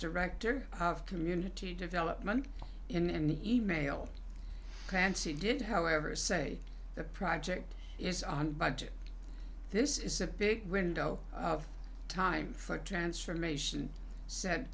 director of community development in the email clancy did however say the project is on budget this is a big window of time for transformation said